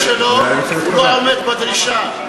בכישורים שלו, הוא לא עומד בדרישה.